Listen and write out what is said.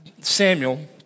Samuel